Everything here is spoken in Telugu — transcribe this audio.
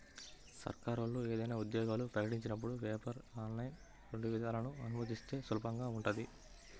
సర్కారోళ్ళు ఏదైనా ఉద్యోగాలు ప్రకటించినపుడు పేపర్, ఆన్లైన్ రెండు విధానాలనూ అనుమతిస్తే సులభంగా ఉంటది